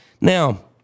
Now